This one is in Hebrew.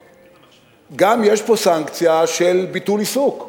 וגם יש פה סנקציה של ביטול עיסוק,